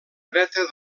dreta